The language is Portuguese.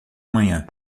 manhã